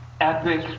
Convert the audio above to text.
epic